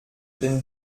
den